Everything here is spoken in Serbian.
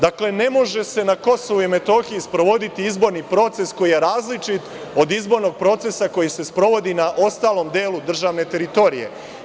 Dakle, ne može se na KiM sprovoditi izborni proces koji je različit od izbornog procesa koji se sprovodi na ostalom delu državne teritorije.